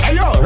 Ayo